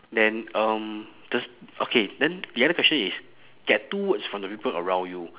then um does okay then the other question is get two words from the people around you